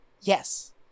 Yes